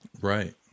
right